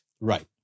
Right